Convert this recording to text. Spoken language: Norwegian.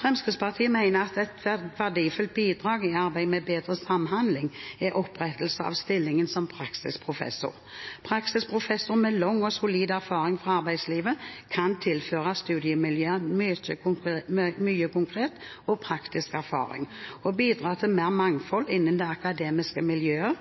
Fremskrittspartiet mener at et verdifullt bidrag i arbeidet med bedre samhandling er opprettelse av stillingen som praksisprofessor. Praksisprofessorer med lang og solid erfaring fra arbeidslivet kan tilføre studiemiljøet mye konkret og praktisk erfaring og bidra til mer mangfold innen det akademiske miljøet.